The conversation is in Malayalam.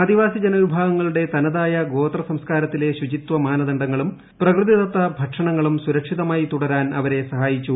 ആദിവാസി ജനവിഭാഗങ്ങളുടെ തനതായ ഗോത്ര സംസ്കാരത്തിലെ ശുചിത്വ മാനദണ്ഡങ്ങളും പ്രകൃതിദത്ത ഭക്ഷണങ്ങളും സുരക്ഷിതമായി തുടരാൻ അവരെ സഹായിച്ചു